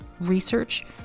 research